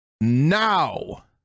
Now